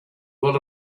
will